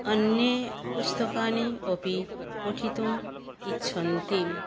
अन्यपुस्तकानि अपि पठितुम् इच्छन्ति